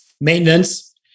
maintenance